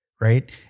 right